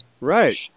Right